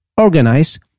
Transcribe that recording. organize